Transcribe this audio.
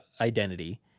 identity